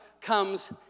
comes